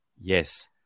yes